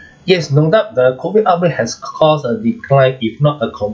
yes no doubt the COVID outbreak has caused a decline if not a com~